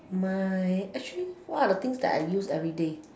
my actually what are the things that I use everyday